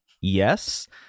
Yes